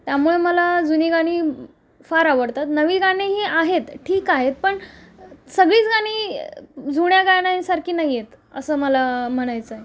त्यामुळे मला जुनी गाणी फार आवडतात नवी गाणीही आहेत ठीक आहेत पण सगळीच गाणी जुन्या गाण्यांसारखी नाही आहेत असं मला म्हणायचं आहे